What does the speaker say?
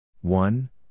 One